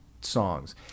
songs